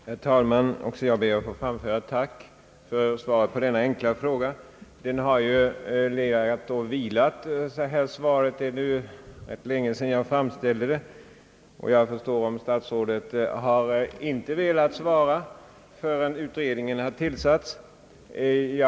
Herr talman! Jag ber att få tacka statsrådet för svaret på min enkla fråga. Det är ju rätt länge sedan jag framställde min fråga. Jag förstår dock att statsrådet inte har velat svara förrän utredningen har tillsatts.